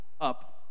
up